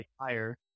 higher